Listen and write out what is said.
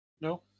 no